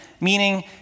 meaning